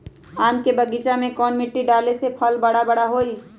आम के बगीचा में कौन मिट्टी डाले से फल बारा बारा होई?